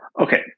Okay